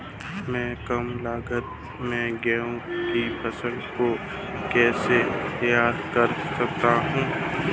मैं कम लागत में गेहूँ की फसल को कैसे तैयार कर सकता हूँ?